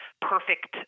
perfect